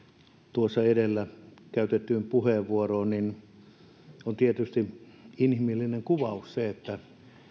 tuossa edellä käytettyyn puheenvuoroon on tietysti inhimillinen kuvaus se että